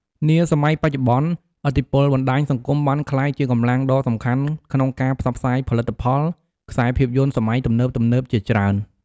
នាសម័យបច្ចុប្បន្នឥទ្ធិពលបណ្តាញសង្គមបានក្លាយជាកម្លាំងដ៏សំខាន់ក្នុងការផ្សព្វផ្សាយផលិតផល ខ្សែរភាពយន្តសម័យទំនើបៗជាច្រើន ។